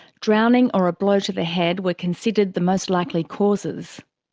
drowning or a blow to the head were considered the most likely causes.